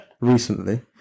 recently